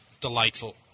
Delightful